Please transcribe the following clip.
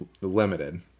limited